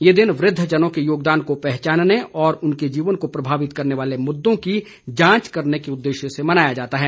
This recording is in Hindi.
ये दिन वृद्वजनों के योगदान को पहचानने और उनके जीवन को प्रभावित करने वाले मुददों की जांच करने के उददेश्य से मनाया जाता है